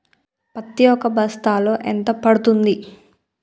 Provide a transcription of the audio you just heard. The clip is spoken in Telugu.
పత్తి ఒక బస్తాలో ఎంత పడ్తుంది?